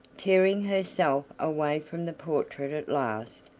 tearing herself away from the portrait at last,